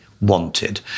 wanted